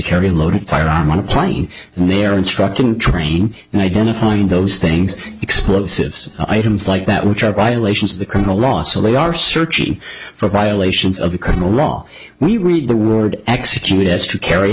carry a loaded firearm on a plane and their instruction training and identifying those things explosives items like that which are violations of the criminal law so they are searching for violations of the criminal law we read the word execute is to carry